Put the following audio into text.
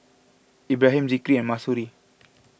Ibrahim Zikri and Mahsuri